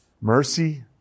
mercy